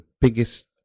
biggest